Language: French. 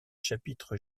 chapitres